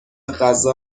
غذا